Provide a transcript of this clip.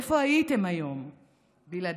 איפה הייתם היום בלעדיו?